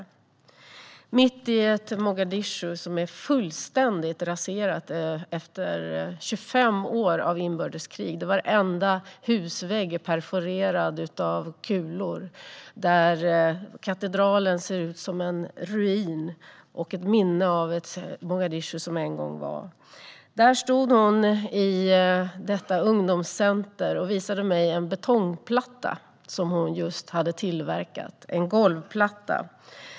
Det sker mitt i ett Mogadishu som är fullständigt raserat efter 25 år av inbördeskrig. Varenda husvägg är perforerad av kulor. Katedralen ser ut som en ruin och är ett minne av det Mogadishu som en gång var. Hon stod där i ett ungdomscenter och visade mig en golvplatta av betong som hon just hade tillverkat.